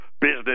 business